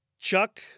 Chuck